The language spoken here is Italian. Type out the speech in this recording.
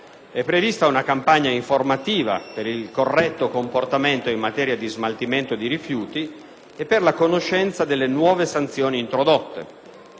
È prevista una campagna informativa per il corretto comportamento in materia di smaltimento di rifiuti e per la conoscenza delle nuove sanzioni introdotte,